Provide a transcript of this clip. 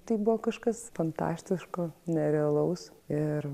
tai buvo kažkas fantastiško nerealaus ir